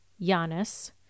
Giannis